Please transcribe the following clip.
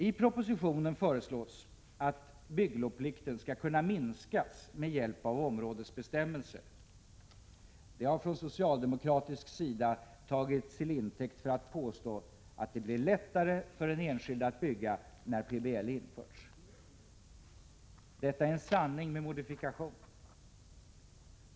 I propositionen föreslås att bygglovsplikten skall kunna minskas med hjälp av områdesbestämmelser. Det har från socialdemokratisk sida tagits till intäkt för att påstå att det blir lättare för den enskilde att få bygga när PBL införts. Detta är en sanning med modifikation.